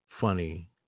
funny